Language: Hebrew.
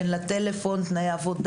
אין לה טלפון, תנאי עבודה